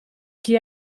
chi